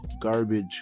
Garbage